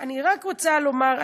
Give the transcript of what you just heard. אני רק רוצה לומר,